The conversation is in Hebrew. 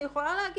אני יכולה לומר